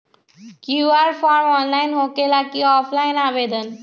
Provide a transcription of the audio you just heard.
QR form online होकेला कि offline आवेदन?